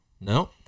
No